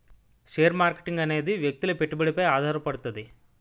share marketing అనేది వ్యక్తుల పెట్టుబడిపై ఆధారపడుతది